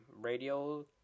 radio